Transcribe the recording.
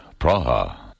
Praha